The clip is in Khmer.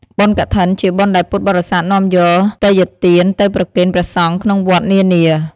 បុណ្យកឋិន ជាបុណ្យដែលពុទ្ធបរិស័ទនាំយកទេយ្យទានទៅប្រគេនព្រះសង្ឃក្នុងវត្តនានា។